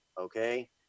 Okay